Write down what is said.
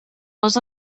les